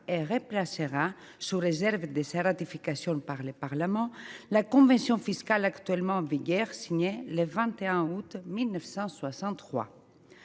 et remplacera, sous réserve de sa ratification par le Parlement, la convention fiscale en vigueur signée le 21 août 1963.